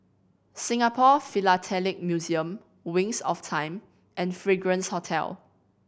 Singapore Philatelic Museum Wings of Time and Fragrance Hotel